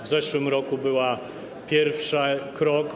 W zeszłym roku był pierwszy krok.